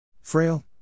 Frail